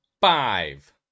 five